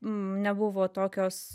nebuvo tokios